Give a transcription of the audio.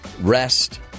rest